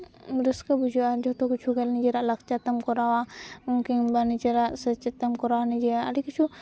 ᱨᱟᱹᱥᱠᱟᱹ ᱵᱩᱡᱩᱜᱼᱟ ᱡᱚᱛᱚ ᱠᱤᱪᱷᱩᱜᱮ ᱱᱤᱡᱮᱨᱟᱜ ᱞᱟᱠᱪᱟᱨ ᱛᱮᱢ ᱠᱚᱨᱟᱣᱟ ᱩᱱᱠᱤᱱ ᱢᱮᱱᱫᱟ ᱱᱤᱡᱮᱨᱟᱜ ᱥᱮᱪᱮᱫ ᱛᱮᱢ ᱠᱚᱨᱟᱣᱟ ᱱᱤᱡᱮᱨᱟᱜ ᱟᱹᱰᱤ ᱠᱤᱪᱷᱩ